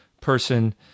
person